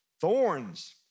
Thorns